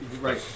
Right